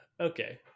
Okay